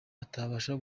atabasha